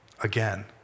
Again